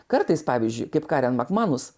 kartais pavyzdžiui kaip karen makmanus